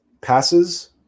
passes